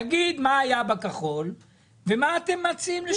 תגיד מה היה בכחול ומה אתם מציעים.